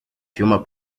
humor